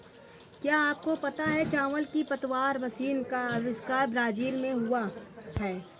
क्या आपको पता है चावल की पतवार मशीन का अविष्कार ब्राज़ील में हुआ